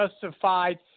justified